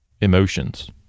emotions